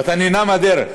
ואתה נהנה מהדרך.